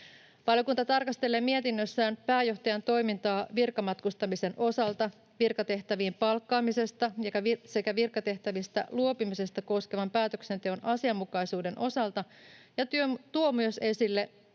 Valiokunta tarkastelee mietinnössään pääjohtajan toimintaa virkamatkustamisen osalta, virkatehtäviin palkkaamista sekä virkatehtävistä luopumista koskevan päätöksenteon asianmukaisuuden osalta ja tuo myös esille